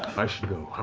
i should go.